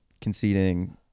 conceding